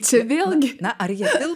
čia vėlgi na ar jie